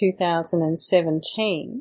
2017